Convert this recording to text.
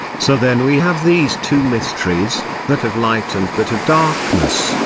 so then we have these two mysteries, that of light and that of darkness,